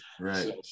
right